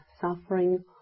suffering